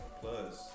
plus